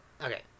Okay